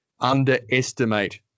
Underestimate